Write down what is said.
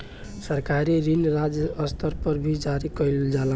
सरकारी ऋण राज्य स्तर पर भी जारी कईल जाला